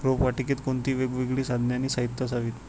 रोपवाटिकेत कोणती वेगवेगळी साधने आणि साहित्य असावीत?